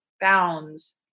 bounds